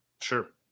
sure